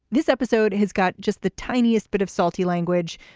this episode has got just the tiniest bit of salty language,